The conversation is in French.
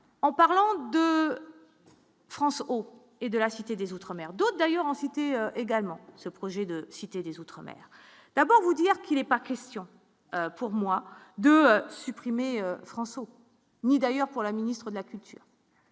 en parlant. France O et de la Cité des outre-mer, d'autres d'ailleurs en citer également ce projet de Cité des outre-mer d'abord vous dire qu'il n'est pas question pour moi de supprimer France ni d'ailleurs pour la ministre de la culture,